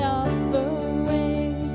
offering